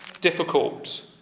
difficult